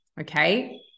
Okay